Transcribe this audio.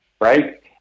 right